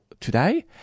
today